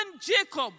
Jacob